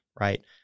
Right